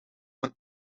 mijn